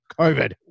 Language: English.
COVID